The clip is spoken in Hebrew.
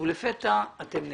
ולפתע אתם נעלמים.